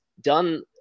done